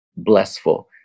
blessful